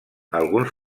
alguns